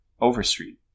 Overstreet